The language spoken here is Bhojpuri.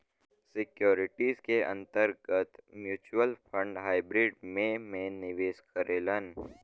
सिक्योरिटीज के अंतर्गत म्यूच्यूअल फण्ड हाइब्रिड में में निवेश करेलन